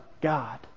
God